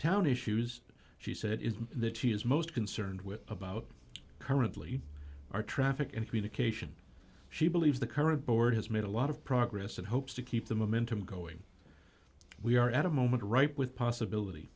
town issues she said is that she is most concerned with about currently our traffic and communication she believes the current board has made a lot of progress and hopes to keep the momentum going we are at a moment ripe with possibility